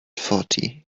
forty